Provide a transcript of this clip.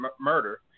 Murder